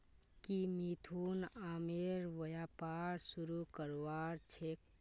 की मिथुन आमेर व्यापार शुरू करवार छेक